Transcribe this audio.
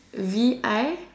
V I